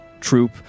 troop